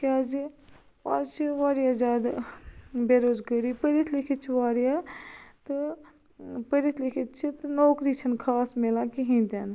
کیازِ آز چھِ واریاہ زیادٕ بے روزگٲری پرِتھ لٮ۪کھِتھ چھِ واریاہ تہٕ پرِتھ لٮ۪کِھتھ چھِ تہٕ نوکری چھے نہ خاص مِلان کِہیٚنہ تہ نہ